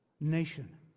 nation